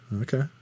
Okay